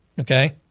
okay